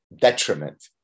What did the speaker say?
detriment